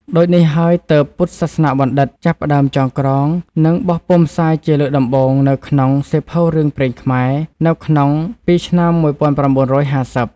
ដូចនេះហើយទើប ពុទ្ធសាសនបណ្ឌិត្យ ចាប់ផ្តើមចងក្រង និងបោះពុម្ពផ្សាយជាលើកដំបូងនៅក្នុង សៀវភៅរឿងព្រេងខ្មែរ នៅក្នុងពី ឆ្នាំ១៩៥០។